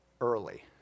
early